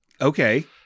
Okay